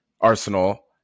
Arsenal